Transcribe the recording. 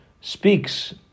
speaks